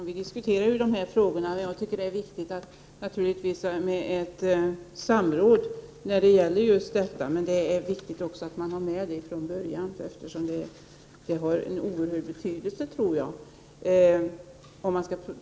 Herr talman! Jag sitter faktiskt med i arbetarskyddskommittén, och vi diskuterar där dessa frågor. Jag tycker naturligtvis att det är viktigt med ett samråd i detta sammanhang, men det är också viktigt att man har med dessa frågor från början, eftersom de har en oerhört stor betydelse.